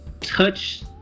touch